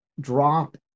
drop